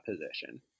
position